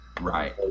right